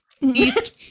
East